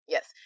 Yes